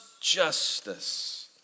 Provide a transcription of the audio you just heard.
justice